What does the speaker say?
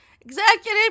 Executive